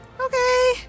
Okay